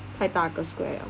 太大个 square 了